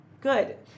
good